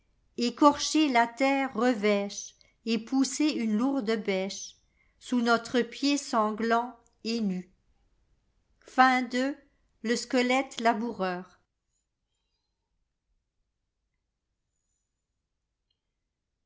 inconnuécorcher la terre revêcheet pousser une lourde bêchesous notre pied sanglant et nu gxix le